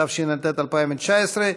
התשע"ט 2019,